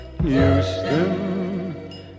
Houston